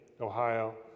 Ohio